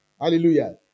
Hallelujah